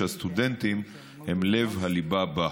שהסטודנטים הם לב הליבה בה.